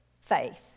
faith